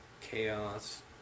Chaos